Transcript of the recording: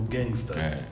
Gangsters